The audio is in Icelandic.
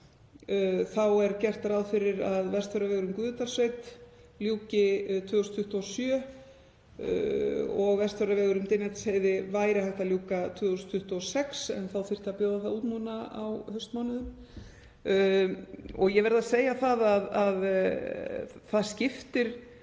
er gert ráð fyrir að Vestfjarðavegi um Gufudalssveit ljúki 2027 og Vestfjarðavegi um Dynjandisheiði væri hægt að ljúka 2026, en þá þyrfti að bjóða það út nú á haustmánuðum. Ég verð að segja að þetta skiptir